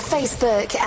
Facebook